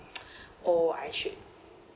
or I should